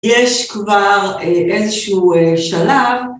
יש כבר איזשהו שלב.